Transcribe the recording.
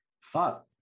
fuck